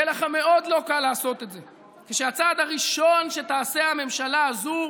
יהיה לכם מאוד לא קל לעשות את זה כשהצעד הראשון שתעשה הממשלה הזאת